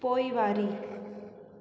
पोइवारी